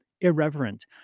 irreverent